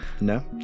No